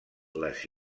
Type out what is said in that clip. les